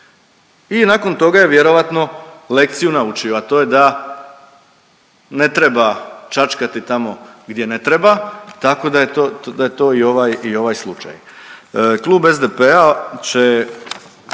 I nakon toga je vjerojatno lekciju naučio, a to je da ne treba čačkati tamo gdje ne treba, tako da je to i ovaj slučaj. Klub SDP-a će